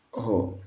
हो